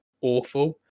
awful